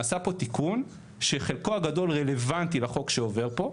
נעשה פה תיקון שחלקו הגדול רלוונטי לחוק שעובר פה,